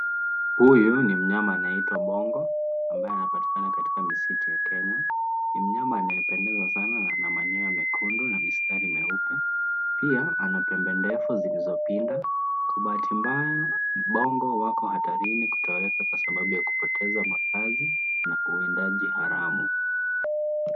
Huyu ni mnyama anayeitwa bongo ambaye anapatikana katika misitu ya Kenya. Ni mnyama anayependeza sana na manyoa mekundu na mistari meupe. Pia ana pembe ndefu zilizopinda. Kwa bahati mbaya, bongo wako hatarini kutoweka kwa sababu ya kupoteza makazi na uwindaji haramu.